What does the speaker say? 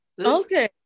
Okay